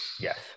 Yes